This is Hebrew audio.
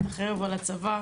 את החרב על הצוואר,